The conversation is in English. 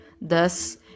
thus